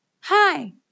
Hi